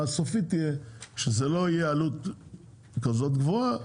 סופית יהיה שזו לא תהיה עלות כזאת גבוה,